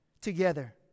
together